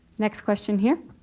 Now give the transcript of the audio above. next question here.